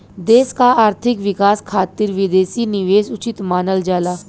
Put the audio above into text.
देश क आर्थिक विकास खातिर विदेशी निवेश उचित मानल जाला